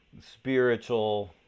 spiritual